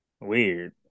Weird